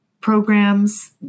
programs